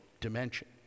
dimension